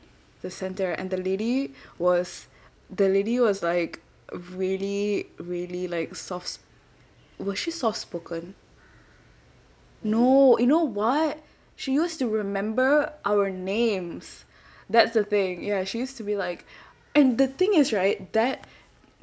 the centre and the lady was the lady was like really really like soft was she soft spoken no you know what she used to remember our names that's the thing ya she used to be like and the thing is right that